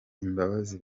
imbabazi